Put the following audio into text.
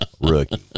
Rookie